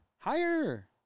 Higher